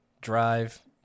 drive